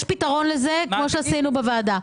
יש פתרון לזה כמו שעשינו בוועדה.